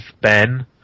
Ben